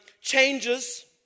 changes